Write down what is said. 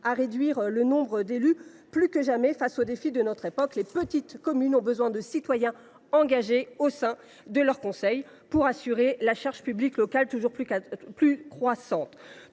réduire le nombre d’élus. Plus que jamais, face aux défis de notre époque, les petites communes ont besoin de citoyens engagés au sein de leur conseil pour assurer la charge publique locale toujours croissante.